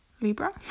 Libra